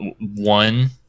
one